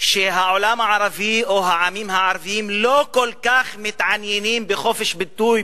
שהעולם הערבי או העמים הערביים לא כל כך מתעניינים בחופש ביטוי,